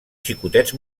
xicotets